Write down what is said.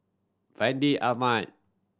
Fandi Ahmad